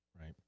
Right